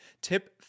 Tip